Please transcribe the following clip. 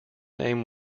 name